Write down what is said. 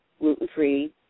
gluten-free